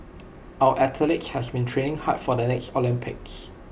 our athletes have been training hard for the next Olympics